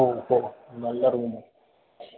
ഓഹോ നല്ല റൂം